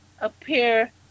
appear